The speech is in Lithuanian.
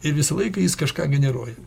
ir visą laiką jis kažką generuoja